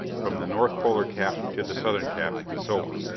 from the north polar cap to the southern cap, and so on.